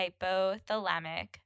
hypothalamic